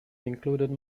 included